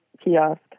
kiosk